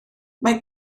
mae